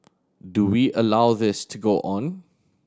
do we allow this to go on